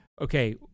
okay